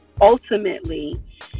ultimately